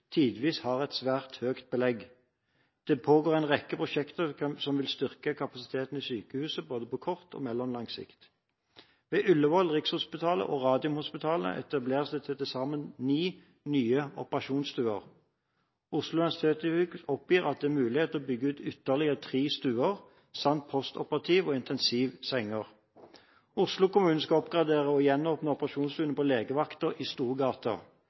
tidvis har svært høyt belegg. Det pågår en rekke prosjekter som vil styrke kapasiteten i sykehuset, både på kort og på mellomlang sikt. Ved Ullevål, Rikshospitalet og Radiumhospitalet etableres det til sammen ni nye operasjonsstuer. Oslo universitetssykehus oppgir at det er mulighet til å bygge ytterligere tre stuer samt postoperativ- og intensivsenger. Oslo kommune skal oppgradere og gjenåpne operasjonsstuene på Legevakten i Storgata.